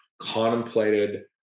contemplated